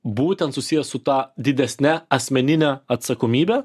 būtent susiję su ta didesne asmenine atsakomybe